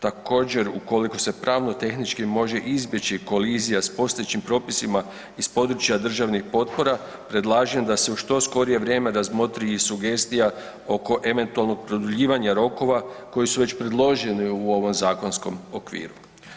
Također ukoliko se pravno tehnički može izbjeći kolizija s postojećim propisima iz područja državnih potpora predlažem da se u što skorije vrijeme razmotri i sugestija oko eventualnog produljivanja rokova koji su već predloženi u ovom zakonskom okviru.